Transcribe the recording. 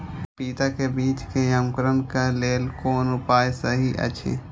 पपीता के बीज के अंकुरन क लेल कोन उपाय सहि अछि?